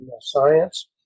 science